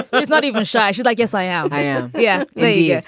ah she's not even shy. she's like, yes, i am. i am. yeah yeah yeah